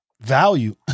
value